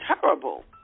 terrible